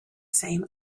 same